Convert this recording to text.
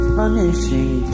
punishing